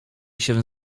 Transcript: się